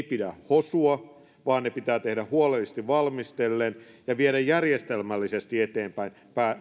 pidä hosua vaan ne pitää tehdä huolellisesti valmistellen ja viedä järjestelmällisesti eteenpäin